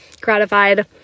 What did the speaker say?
gratified